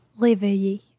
réveiller